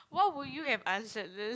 what would you have answered this